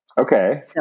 Okay